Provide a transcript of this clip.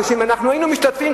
מפני שאם אנחנו היינו משתתפים,